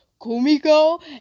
Kumiko